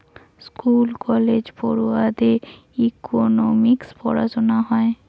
school কলেজে পড়ুয়াদের economics পোড়ানা হয়